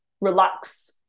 relax